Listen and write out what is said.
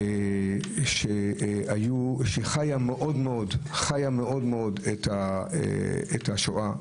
שחיה מאוד את השואה.